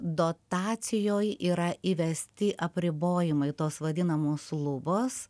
dotacijoj yra įvesti apribojimai tos vadinamos lubos